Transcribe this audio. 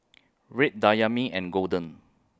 Red Dayami and Golden